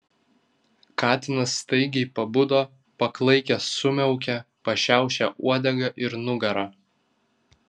katinas staigiai pabudo paklaikęs sumiaukė pašiaušė uodegą ir nugarą